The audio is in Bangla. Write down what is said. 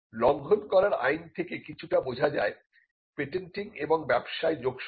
লংঘন করার আইন থেকে কিছুটা বোঝা যায় পেটেন্টিং এবং ব্যবসায় যোগসুত্র